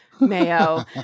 mayo